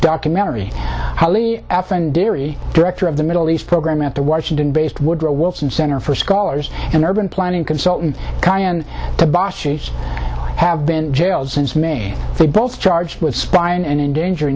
documentary highly diri director of the middle east program at the washington based woodrow wilson center for scholars and urban planning consultant to have been jailed since may they both charged with spying and endanger